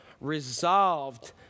resolved